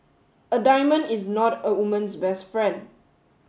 a diamond is not a woman's best friend